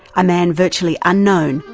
a man virtually unknown,